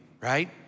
right